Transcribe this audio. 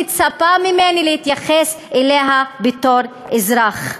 מצפה ממני להתייחס אליה בתור אזרח.